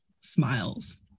smiles